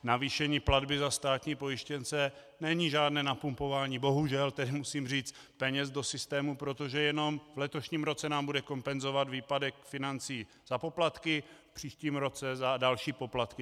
Navýšení platby za státní pojištěnce není žádné napumpování, bohužel, musím říct, peněz do systému, protože jenom v letošním roce nám bude kompenzovat výpadek financí za poplatky, v příštím roce za další poplatky.